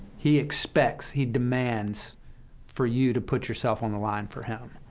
he expects, he demands for you to put yourself on the line for him.